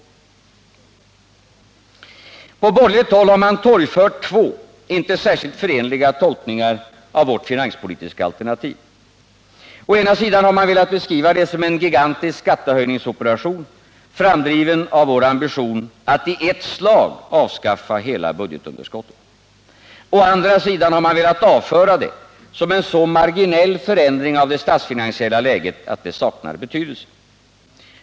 På borgerligt håll har man torgfört två, inte särskilt förenliga, tolkningar av vårt finanspolitiska alternativ. Å ena sidan har man velat beskriva det som en gigantisk skattehöjningsoperation, framdriven av vår ambition att i ett slag avskaffa hela budgetunderskottet. Å andra sidan har man velat avföra det som en så marginell förändring av det statsfinansiella läget, att det saknar betydelse.